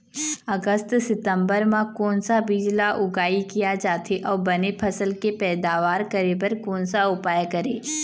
अगस्त सितंबर म कोन सा बीज ला उगाई किया जाथे, अऊ बने फसल के पैदावर करें बर कोन सा उपाय करें?